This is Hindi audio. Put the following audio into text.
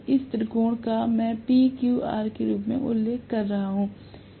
इस त्रिकोण का मैं PQR के रूप में उल्लेख कर रहा हूँ